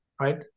right